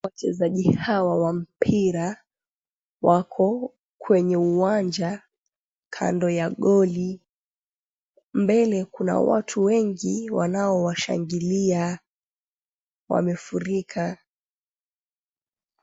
Wachezaji hawa wa mpira wako kwenye uwanja kando ya goli. Mbele kuna watu wengi wanaowashangilia wamefurika.